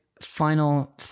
final